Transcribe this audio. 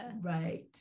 Right